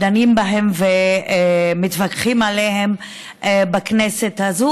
דנים בהם ומתווכחים עליהם בכנסת הזאת,